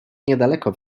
niedaleko